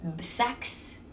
sex